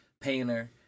painter